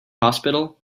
hospital